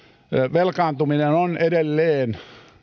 velkaantuminen on edelleen